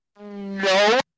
No